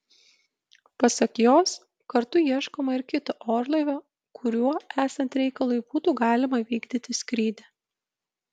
pasak jos kartu ieškoma ir kito orlaivio kuriuo esant reikalui būtų galima vykdyti skrydį